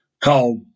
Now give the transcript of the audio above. called